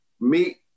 meet